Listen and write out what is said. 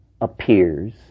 appears